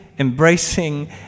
embracing